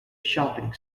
shopping